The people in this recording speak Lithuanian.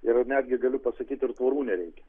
ir netgi galiu pasakyti ir tvorų nereikia